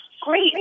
Great